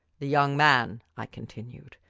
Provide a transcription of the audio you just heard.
the young man, i continued,